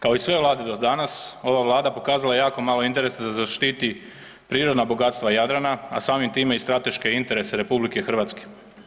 Kao i sve vlade do danas ova Vlada pokazala je jako malo interesa da štiti prirodna bogatstva Jadrana, a samim time i strateške interese RH.